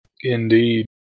Indeed